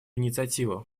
инициативу